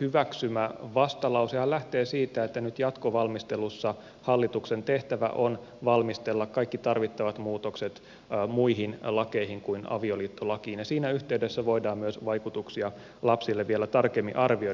hyväksymä vastalausehan lähtee siitä että nyt jatkovalmistelussa hallituksen tehtävä on valmistella kaikki tarvittavat muutokset muihin lakeihin kuin avioliittolakiin ja siinä yhteydessä voidaan myös vaikutuksia lapsiin vielä tarkemmin arvioida